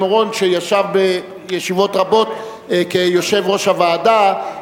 אורון שישב בישיבות רבות כיושב-ראש הוועדה,